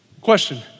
Question